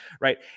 right